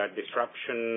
disruption